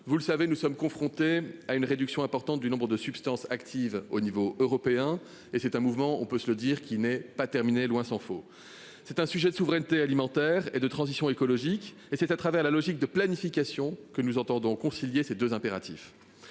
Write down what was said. vous le savez, nous sommes confrontés à une réduction importante du nombre de substances actives au niveau européen et c'est un mouvement, on peut se le dire qu'il n'est pas terminé, loin s'en faut. C'est un sujet de souveraineté alimentaire et de transition écologique. Et c'est à travers la logique de planification que nous entendons concilier ces 2 impératifs.